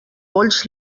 polls